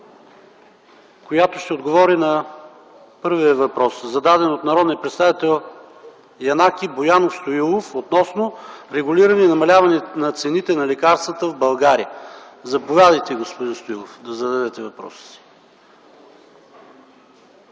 която ще отговори на първия въпрос, зададен от народния представител Янаки Стоилов относно регулиране и намаляване на цените на лекарствата в България. Заповядайте, господин Стоилов, да зададете въпроса си.